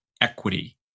equity